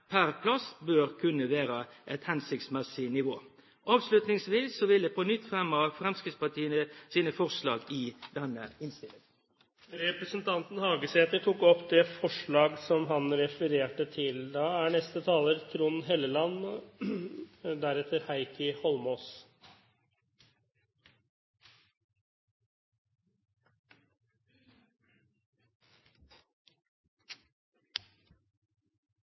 per plass bør kunne være et hensiktsmessig nivå. Avslutningsvis vil jeg ta opp Fremskrittspartiets forslag i denne innstillingen. Representanten Hagesæter har tatt opp de forslag han refererte til. Jeg er